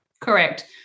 Correct